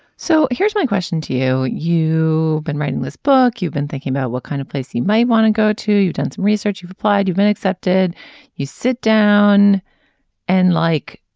so here's my question to you you been writing this book you've been thinking about what kind of place you might want to go to dance. research you've applied you've been accepted you sit down and like